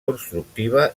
constructiva